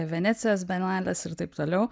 venecijos bienales ir taip toliau